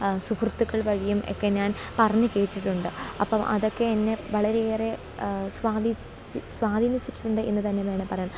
സുഹൃത്തുക്കൾ വഴിയും ഒക്കെ ഞാൻ പറഞ്ഞു കേട്ടിട്ടുണ്ട് അപ്പം അതൊക്കെ എന്നെ വളരെയേറെ സ്വാതീസി സ്വാധീനിച്ചിട്ടുണ്ട് എന്നു തന്നെ വേണം പറയാം